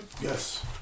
Yes